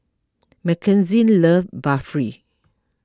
Mckenzie love Barfi